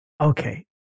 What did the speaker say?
Okay